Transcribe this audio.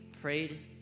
prayed